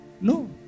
no